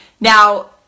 Now